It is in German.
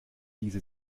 diese